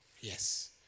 Yes